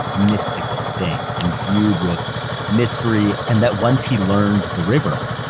mystical thing imbued with mystery, and that once he learned the river,